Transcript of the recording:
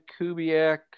Kubiak